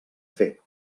fer